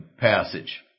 passage